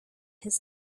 his